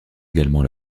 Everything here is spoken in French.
également